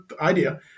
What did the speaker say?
idea